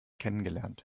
kennengelernt